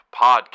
Podcast